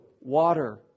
water